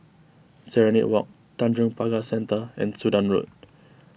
Serenade Walk Tanjong Pagar Centre and Sudan Road